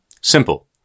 Simple